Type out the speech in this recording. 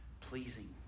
pleasing